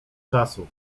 czasu